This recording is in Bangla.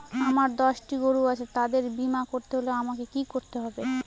আমার দশটি গরু আছে তাদের বীমা করতে হলে আমাকে কি করতে হবে?